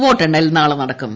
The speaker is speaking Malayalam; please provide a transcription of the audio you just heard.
വോട്ടെണ്ണൽ നാളെ നടക്കും